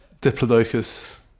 Diplodocus